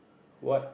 what